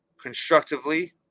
constructively